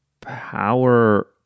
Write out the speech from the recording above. power